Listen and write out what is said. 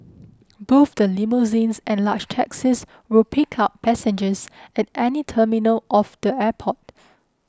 both the limousines and large taxis will pick up passengers at any terminal of the airport